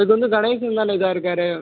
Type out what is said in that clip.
இது வந்து கணேசன் தானே இதாக இருக்கார்